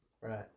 Right